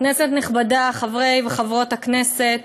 כנסת נכבדה, חברי וחברות הכנסת,